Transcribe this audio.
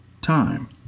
time